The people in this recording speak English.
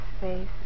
face